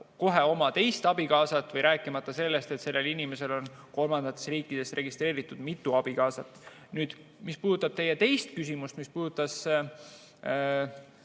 ka oma abikaasat, rääkimata sellest, et sel inimesel on kolmandates riikides registreeritud mitu abikaasat. Nüüd, mis puudutab teie teist küsimust välisriikidest